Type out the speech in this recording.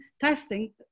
testing